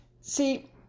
See